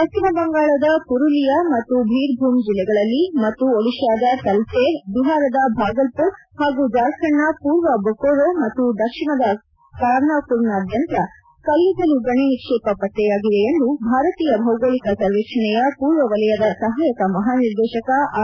ಪಶ್ಚಿಮ ಬಂಗಾಳದ ಪುರುಲಿಯಾ ಮತ್ತು ಭೀರ್ಭೂಮ್ ಜಿಲ್ಲೆಗಳಲ್ಲಿ ಮತ್ತು ಒಡಿಶಾದ ತಲಚೇರ್ ಬಿಹಾರದ ಭಾಗಲ್ಪೂರ್ ಹಾಗೂ ಜಾರ್ಖಂಡ್ನ ಪೂರ್ವ ಬೊಕೊರೋ ಮತ್ತು ದಕ್ಷಿಣದ ಕಾರ್ನಾಪೂರ್ನಾದ್ಯಂತ ಕಲ್ಲಿದ್ದಲು ಗಣಿ ನಿಕ್ಷೇಪ ಪತ್ತೆಯಾಗಿದೆ ಎಂದು ಭಾರತೀಯ ಭೌಗೋಳಿಕ ಸರ್ವೇಕ್ಷಣೆಯ ಪೂರ್ವವಲಯದ ಸಹಾಯಕ ಮಹಾನಿರ್ದೇಶಕ ಆರ್